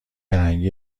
رنگی